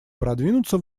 продвинуться